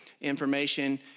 information